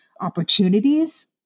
opportunities